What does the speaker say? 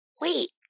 Wait